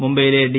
മുംബൈയിലെ ഡി